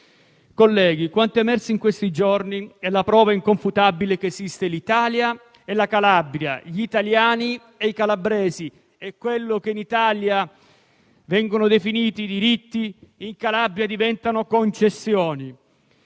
Colleghi, quanto è emerso in questi giorni è la prova inconfutabile che esistono l'Italia e la Calabria, gli italiani e i calabresi, e che quelli che in Italia vengono definiti i diritti in Calabria diventano concessioni.